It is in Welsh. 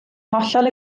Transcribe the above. hollol